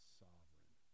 sovereign